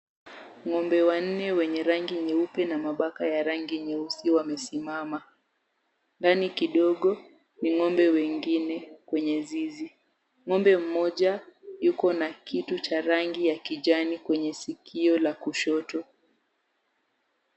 Ng'ombe wanne wenye rangi nyeupe na mabaka ya rangi nyeusi wamesimama. Ndani kidogo ni ng'ombe wengine kwenye zizi. Ng'ombe mmoja yuko na kitu cha rangi ya kijani kwenye sikio la kushoto.